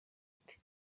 ati